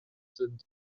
sind